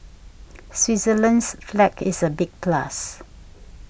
Switzerland's flag is a big plus